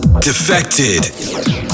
defected